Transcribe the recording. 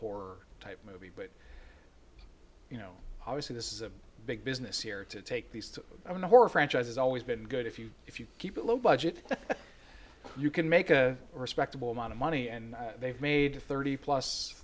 horror type movie but you know obviously this is a big business here to take these two i mean the horror franchise has always been good if you if you keep it low budget you can make a respectable amount of money and they've made thirty plus